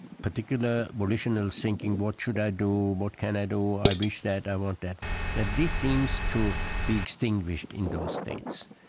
particular volitional thinking what should i do, what can i do, i wish that, i want that that this seems to be extinguished in those states,